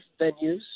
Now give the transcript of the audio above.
venues